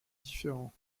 différent